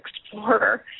explorer